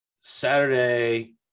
Saturday